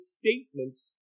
statements